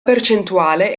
percentuale